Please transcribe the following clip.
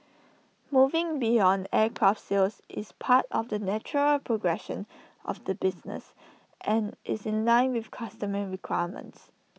moving beyond aircraft sales is part of the natural progression of the business and is in line with customer requirements